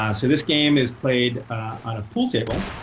ah this game is played on a pool table.